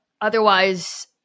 Otherwise